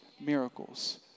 miracles